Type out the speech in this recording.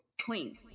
Clean